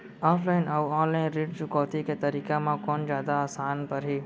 Offline अऊ online ऋण चुकौती के तरीका म कोन जादा आसान परही?